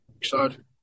excited